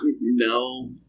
No